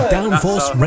Downforce